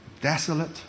Desolate